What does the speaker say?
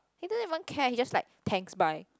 he doesn't even care he's just like thanks bye